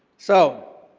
so,